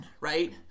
right